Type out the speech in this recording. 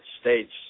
States